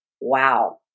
Wow